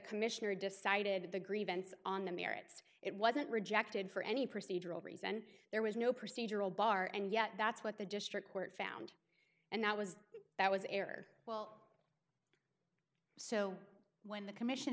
commissioner decided the grievance on the merits it wasn't rejected for any procedural reason there was no procedural bar and yet that's what the district court found and that was that was error well so when the commission